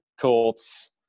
Colts